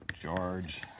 George